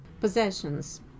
possessions